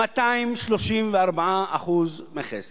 234% מכס,